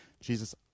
Jesus